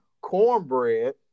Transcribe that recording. Cornbread